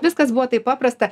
viskas buvo taip paprasta